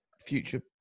future